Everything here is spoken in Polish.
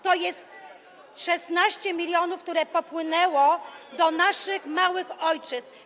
To jest 16 mln, które popłynęło do naszych małych ojczyzn.